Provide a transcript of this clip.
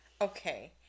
Okay